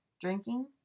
drinking